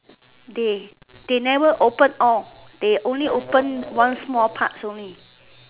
they they never open all there only open one small part only